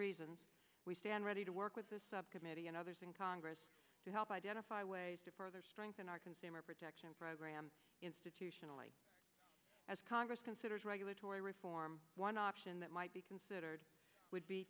reasons we stand ready to work with the subcommittee and others in congress to help identify ways to further strengthen our consumer protection program institutionally as congress considers regulatory reform one option that might be considered would be